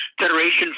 Federation